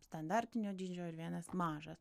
standartinio dydžio ir vienas mažas